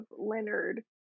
Leonard